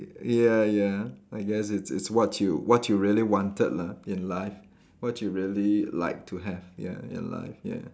ya ya I guess it's it's what you what you really wanted lah in life what you really like to have ya in life yeah